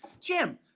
Jim